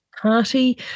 party